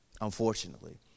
Unfortunately